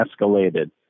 escalated